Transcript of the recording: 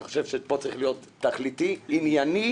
אני חושב שפה צריך להיות תכליתי, ענייני.